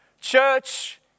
Church